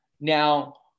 Now